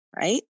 right